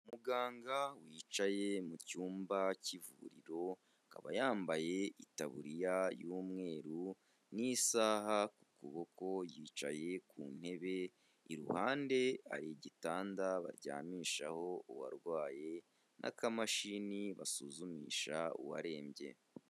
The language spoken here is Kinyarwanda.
Umuganga wicaye mu cyumba cy'ivuriro, akaba yambaye itaburiya y'umweru n'isaha ku kuboko yicaye ku ntebe, iruhande hari gitanda baryamishaho uwarwaye n'akamashini basuzumisha uwarembye.